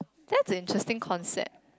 that's a interesting concept